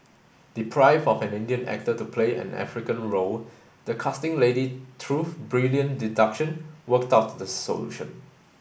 deprived of an Indian actor to play an African role the casting lady through brilliant deduction worked out this solution